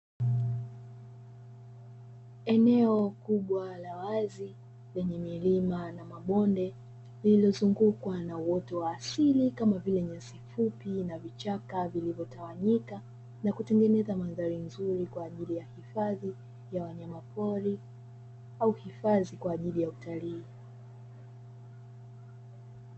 Eneo kubwa la wazi lenye milima na mabonde lililozungukwa na uoto wa asili kama vile nyasi fupi na vichaka, vilivyotawanyika na kutengeneza mandhari nzuri kwa ajili ya hifadhi ya wanyamapori au hifadhi kwa ajili ya utalii.